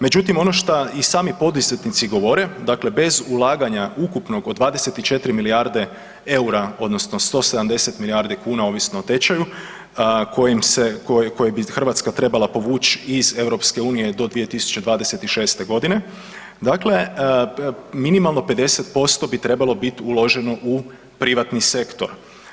Međutim, ono što i sami poduzetnici govore, dakle bez ulaganja ukupnog od 24 milijarde EUR-a odnosno 170 milijardi kuna ovisno o tečaju kojim se, koje bi Hrvatska trebala povući iz EU do 2026. godine, dakle minimalno 50% bi trebalo biti uloženo u privatni sektor.